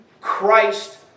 Christ